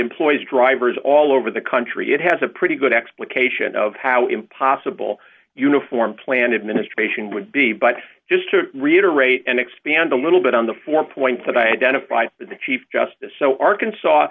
employs drivers all over the country it has a pretty good explication of how impossible uniform planned administration would be but just to reiterate and expand a little bit on the four points that identify the chief justice so arkansas